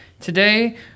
Today